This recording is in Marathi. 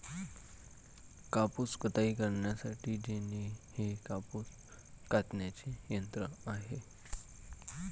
कापूस कताई करण्यासाठी जेनी हे कापूस कातण्याचे यंत्र आहे